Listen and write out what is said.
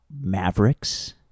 Mavericks